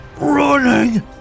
running